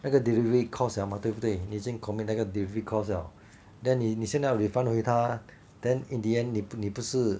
那个 delivery cost 了吗对不对你已经 commit 那个 delivery cost liao then 你现在要 refund 回他 then 你不是